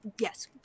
yes